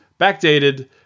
backdated